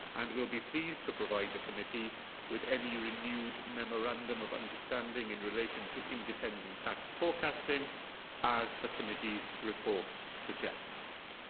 and will be pleased to provide the committee with any renewed memorandum of understanding in relation to independent and tax forecasting as the committee's report suggests.